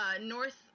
North